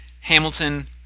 Hamilton